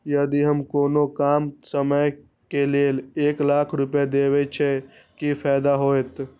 यदि हम कोनो कम समय के लेल एक लाख रुपए देब छै कि फायदा होयत?